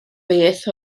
beth